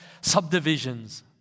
subdivisions